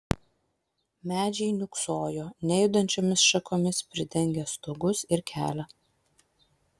medžiai niūksojo nejudančiomis šakomis pridengę stogus ir kelią